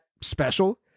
special